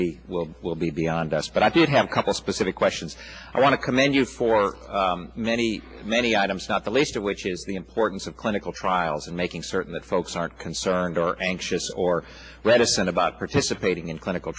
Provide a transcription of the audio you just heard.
science will be will be beyond us but i did have couple specific questions i want to commend you for many many items not the least of which is the importance of clinical trials and making certain that folks are concerned or anxious or reticent about participating in clinical